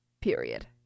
period